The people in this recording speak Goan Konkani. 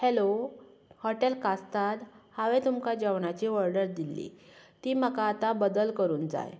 हॅलो हॉटेल कास्ताद हांवे तुमकां जेवणांची ऑर्डर दिल्ली ती म्हाका आता बदल करून जाय